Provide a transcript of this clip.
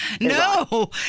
No